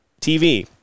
TV